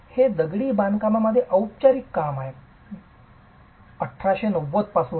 हे दगडी बांधकाममध्ये औपचारिक बांधकाम आहे 1890 पासून